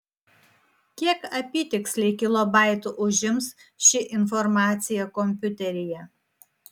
kiek apytiksliai kilobaitų užims ši informacija kompiuteryje